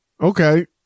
Okay